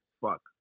Fuck